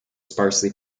sparsely